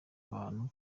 abantu